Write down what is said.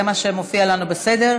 זה מה שמופיע לנו בסדר.